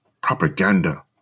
propaganda